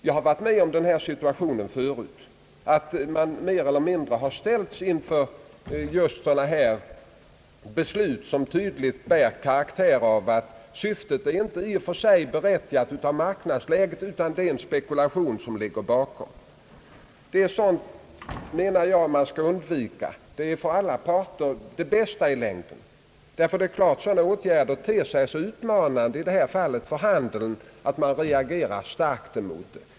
Jag har varit med om en sådan här situation förut, dvs. att man mer eller mindre har ställts inför beslut, som tydligt bär karaktären av att syftet inte i och för sig betingas av marknadsläget utan att en spekulation ligger bakom. Det är sådant som man skall undvika. Det är för alla parter det bästa i längden. Ty sådana åtgärder ter sig så utmanande, i det här fallet för han deln, att man reagerar starkt emot dem.